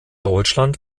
deutschland